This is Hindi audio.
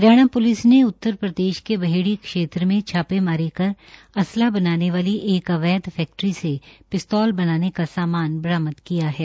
हरियाणा प्लिस ने उत्तर प्रदेश के बहेड़ी क्षेत्र में छाप्रेमारी कर असला बनाने वाली एक अवैध फैक्ट्री से शिस्तौल बनाने का सामान बरामद किया है